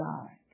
God